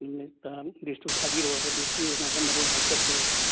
ꯂꯤꯁꯇꯨ ꯊꯥꯕꯤꯔꯛꯑꯣ ꯑꯩꯈꯣꯏ ꯂꯤꯁꯇꯨ ꯌꯦꯡꯂꯒ ꯃꯔꯣꯜ ꯍꯥꯏꯖꯔꯛꯀꯦ